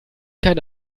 kein